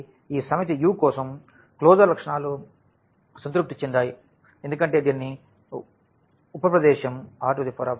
కాబట్టి ఈ సమితి U కోసం క్లోజర్ లక్షణాలు సంతృప్తి చెందాయి ఎందుకంటే దీని ఉప ప్రదేశం R3